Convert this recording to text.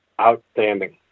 outstanding